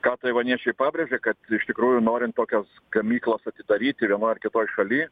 ką taivaniečiai pabrėžė kad iš tikrųjų norint tokias gamyklas atidaryti vienoj ar kitoj šaly